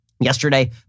Yesterday